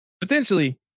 Potentially